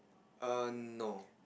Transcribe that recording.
err no